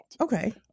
Okay